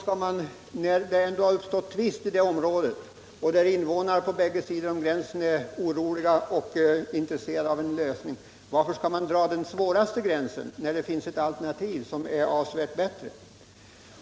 Ja, men när det ändå har uppstått tvist i området och invånarna på bägge sidor om gränsen är otillfredsställda och begär en lösning, varför skall man välja den svåraste gränsen när det finns ett alternativ som är avsevärt bättre?